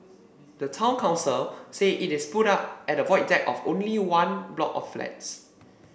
the town council said it is put up at the Void Deck of only one block of flats